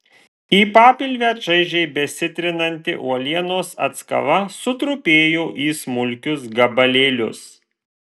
į papilvę čaižiai besitrinanti uolienos atskala sutrupėjo į smulkius gabalėlius